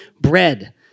bread